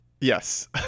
Yes